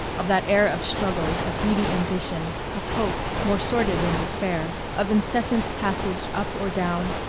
of that air of struggle, of greedy ambition, of hope more sordid than despair, of incessant passage up or down,